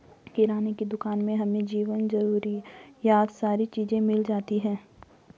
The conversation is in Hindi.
किराने की दुकान में हमें जीवन जरूरियात सारी चीज़े मिल जाती है